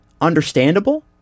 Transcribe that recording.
Understandable